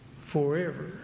forever